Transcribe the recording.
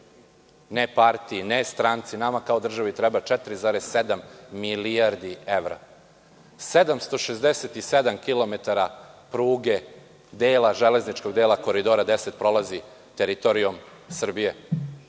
ne partiji, ne stranci, nama kao državi, treba 4,7 milijardi evra. Kilometara 767 pruge dela, železničkog dela Koridora 10 prolazi teritorijom Srbije.